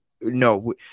no